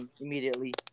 immediately